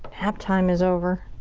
nap time is over.